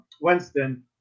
Winston